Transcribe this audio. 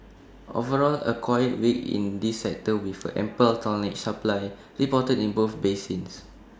overall A quiet week in this sector with ample tonnage supply reported in both basins